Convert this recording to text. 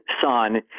son